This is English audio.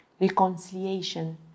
Reconciliation